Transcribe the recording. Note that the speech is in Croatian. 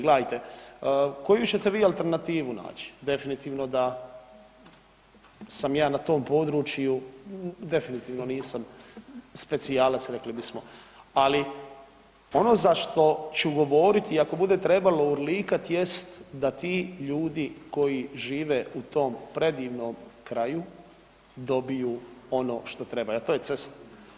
Gledajte koju ćete vi alternativu naći definitivno da sam ja na tom području, definitivno nisam specijalac rekli bismo, ali ono za što ću govoriti i ako bude trebalo urlikati jest da ti ljudi koji žive u tom predivnom kraju dobiju ono što treba, a to je cesta.